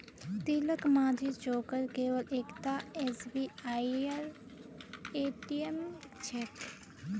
तिलकमाझी चौकत केवल एकता एसबीआईर ए.टी.एम छेक